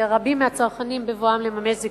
שרבים מהצרכנים נתקלים בו בבואם לממש זיכויים.